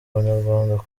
abanyarwanda